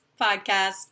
podcast